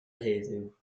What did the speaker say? heddiw